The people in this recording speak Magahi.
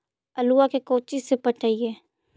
आलुआ के कोचि से पटाइए?